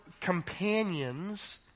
companions